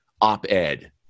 op-ed